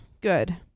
good